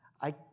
I